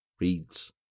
reads